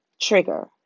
trigger